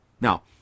Now